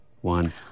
one